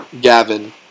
Gavin